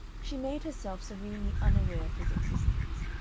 she made herself serenely unaware of his existence,